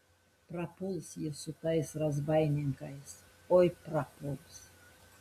prapuls jis su tais razbaininkais oi prapuls